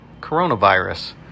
Coronavirus